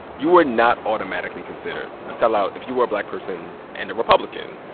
you were not automatically considered a sellout if you were a black person and a republican.